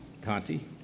Conti